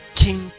king